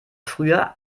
früher